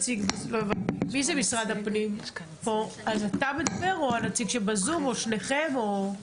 אתה מדבר או הנציג שבזום או שניכם?